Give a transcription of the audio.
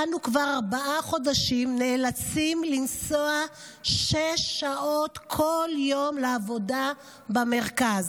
אנו כבר ארבעה חודשים נאלצים לנסוע שש שעות כל יום לעבודה במרכז,